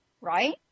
right